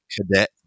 cadet